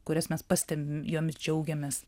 kurias mes pastebim jomis džiaugiamės